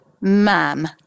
ma'am